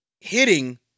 hitting